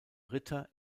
ritter